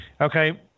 okay